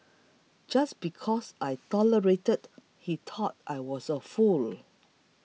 just because I tolerated he thought I was a fool